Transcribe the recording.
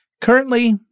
Currently